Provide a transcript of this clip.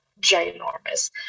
ginormous